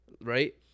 right